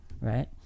right